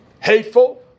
Hateful